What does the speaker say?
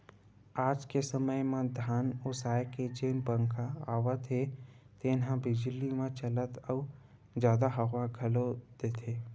आज के समे म धान ओसाए के जेन पंखा आवत हे तेन ह बिजली म चलथे अउ जादा हवा घलोक देथे